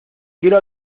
quiero